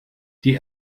die